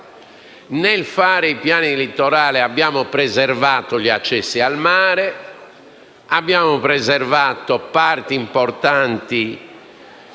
Nel fare i piani di litorale, abbiamo preservato gli accessi al mare; abbiamo tutelato parti importanti